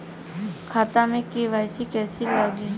खाता में के.वाइ.सी कइसे लगी?